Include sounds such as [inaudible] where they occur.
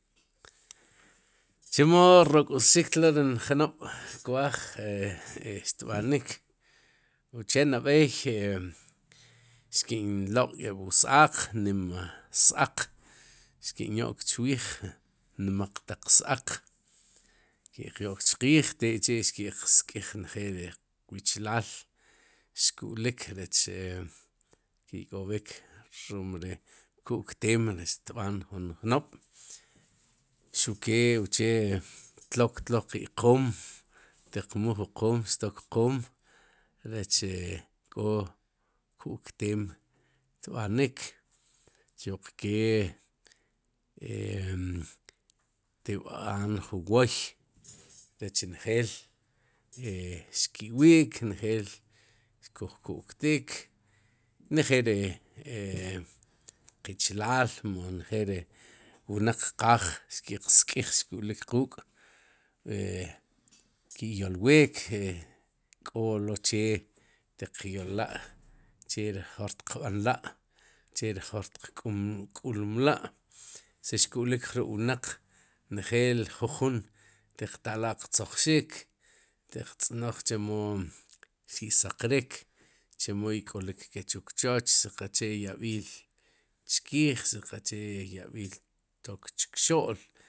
Chemo rok'wxik tlo rin jnob'kwaaj xtb'anik uche nab'ey e [hesitation] xki'nloq'k'eeb'ws aaq nima s-aaq xkin yo'k chwiij nmaq taq s. aaq xki'q yo'k chqiij tek'chi' xki'q sk'ij njeel ri qichilaal xku'lik rech e [hesitation] ki'k'ob'ik rum ri ku'kteem rech xtb'aan jun jnob'xuke uche tlik tlo qe qoom tiq muul ju qoom xtok qoom rech kó ku'kteem xtb'anik xuq ke e [hesitation] te'b'aan ju woy rech njel ri wnaq qaaj xki'q sk'ij xku'lik quuk' e [hesitation] ki'yolwik e [hesitation] k'o lo'che tiqyolla'che ri jor tiqb'anla', che ri jor tiq k'ulmla'si xku'lik jrub'wnaq njeel jujun tiq ta'la' qtzojxik te'q tz'noj chemo si ssaqrik chemo ik'olik ke chukchoch si qaqche yab'il chkiij si qache yab'iil tok chukxo'l.